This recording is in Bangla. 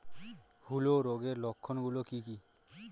হূলো রোগের লক্ষণ গুলো কি কি?